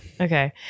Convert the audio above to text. Okay